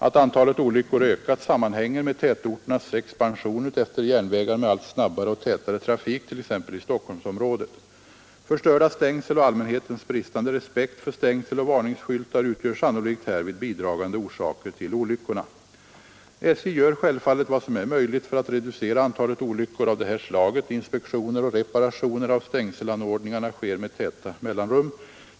Att antalet olyckor ökat sammanhänger med tätorternas expansion utefter järnvägar med allt snabbare och tätare trafik, t.ex. i Stockholmsområdet. Förstörda stängsel och allmänhetens bristande respekt för stängsel och varningsskyltar utgör sannolikt härvid bidragande orsaker till olyckorna. SJ gör självfallet vad som är möjligt för att reducera antalet olyckor av det här slaget. Inspektioner och reparationer av stängselanordningarna sker med korta mellanrum.